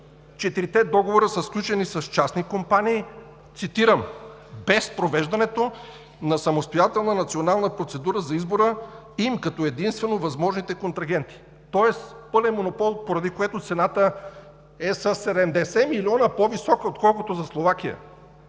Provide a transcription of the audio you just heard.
„Четирите договора са сключени с частни компании без провеждането на самостоятелна национална процедура за избора им като единствено възможните контрагенти“. Тоест, пълен монопол, поради което цената е със 70 милиона по-висока, отколкото за Словакия.